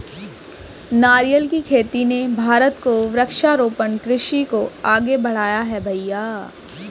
नारियल की खेती ने भारत को वृक्षारोपण कृषि को आगे बढ़ाया है भईया